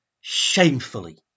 shamefully